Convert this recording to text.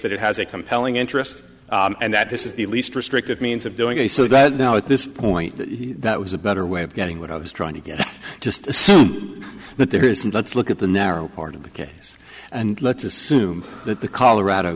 that it has a compelling interest and that this is the least restrictive means of doing so that now at this point that was a better way of getting what i was trying to get just assume that there isn't let's look at the narrow part of the case and let's assume that the colorado